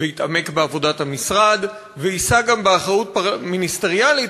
יתעמק בעבודת המשרד ויישא גם באחריות מיניסטריאלית,